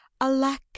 Alack